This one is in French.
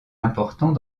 important